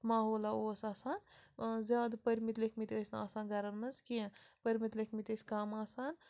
ماحولا اوس آسان زیادٕ پٔرۍمٕتۍ لیکھمٕتۍ ٲسۍ نہٕ آسان گَرَن منٛز کیٚنہہ پٔرۍمٕتۍ لیکھمٕتۍ ٲسۍ کَم آسان